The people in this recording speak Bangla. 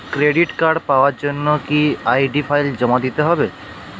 ক্রেডিট কার্ড পাওয়ার জন্য কি আই.ডি ফাইল জমা দিতে হবে?